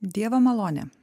dievo malonė